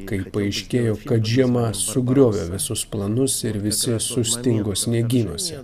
kai paaiškėjo kad žiema sugriovė visus planus ir visi sustingo sniegynuose